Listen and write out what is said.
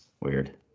weird